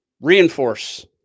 reinforce